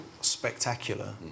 spectacular